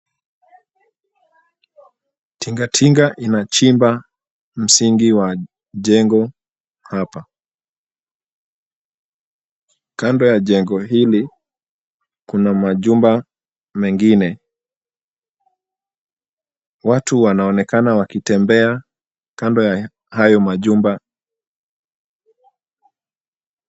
Tingatinga inachimba msingi wa jengo hapa, kando ya jengo hili kuna majumba mengine, watu wanaonekana wakitembea kando ya hayo majumba.